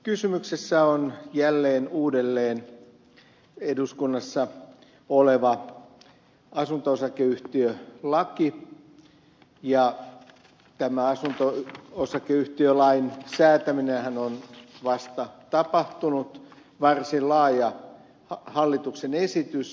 kysymyksessä on jälleen uudelleen eduskunnassa oleva asunto osakeyhtiölaki ja tämä asunto osakeyhtiölain säätäminenhän on vasta tapahtunut varsin laaja hallituksen esitys